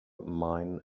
mine